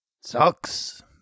Sucks